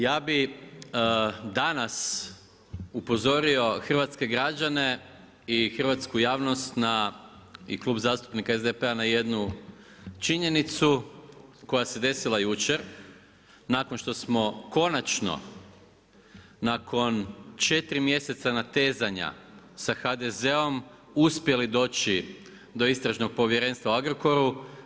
Ja bih danas upozorio hrvatske građane i hrvatsku javnost na i Klub zastupnika SDP-a na jednu činjenicu koja se desila jučer nakon što smo konačno, nakon četiri mjeseca natezanja sa HDZ-om uspjeli doći do Istražnog povjerenstva o Agrokoru.